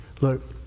look